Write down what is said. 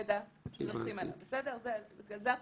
והמשטרה נותנת הנחיות חזרה לגוף המדווח.